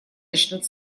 начнут